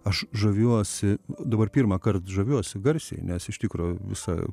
aš žaviuosi dabar pirmąkart žaviuosi garsiai nes iš tikro visą